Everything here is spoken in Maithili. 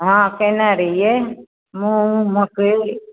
हँ केने रहियै मूङ्ग मकइ